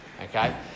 okay